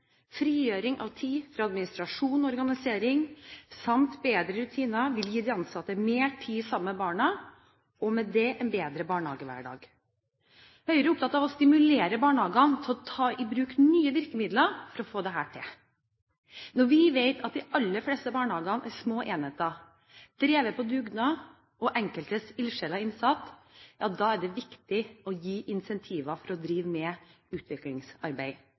Frigjøring av tid fra administrasjon og organisering samt bedre rutiner vil gi de ansatte mer tid sammen med barna – og med det en bedre barnehagehverdag. Høyre er opptatt av å stimulere barnehagene til å ta i bruk nye virkemidler for å få dette til. Når vi vet at de aller fleste barnehagene er små enheter drevet på dugnad og med enkelte ildsjelers innsats, er det viktig å gi incentiver for å drive med utviklingsarbeid.